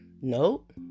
Nope